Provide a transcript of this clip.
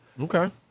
Okay